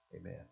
Amen